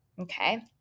okay